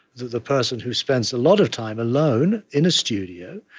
the the person who spends a lot of time alone in a studio,